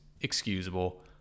excusable